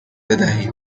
بدهید